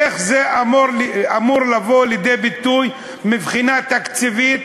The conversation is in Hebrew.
איך זה אמור לבוא לידי ביטוי מבחינה תקציבית?